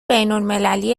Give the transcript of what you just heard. بینالمللی